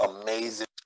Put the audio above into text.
amazing